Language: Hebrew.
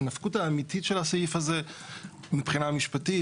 המשמעות האמיתית של הסעיף הזה מבחינה משפטית,